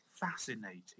fascinating